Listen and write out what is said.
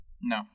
No